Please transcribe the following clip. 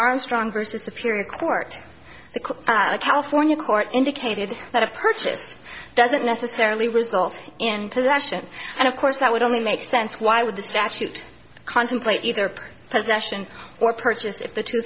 armstrong versus a period court the court a california court indicated that a purchase doesn't necessarily result in possession and of course that would only make sense why would the statute contemplate either possession or purchase if the two